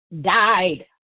died